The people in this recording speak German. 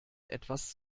etwas